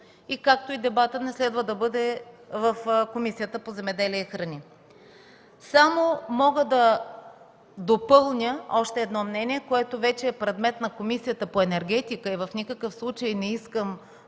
както и дебатът не следва да бъде в Комисията по земеделието и храните. Мога да допълня още едно мнение, което вече е предмет на Комисията по енергетика и в никакъв случай не искам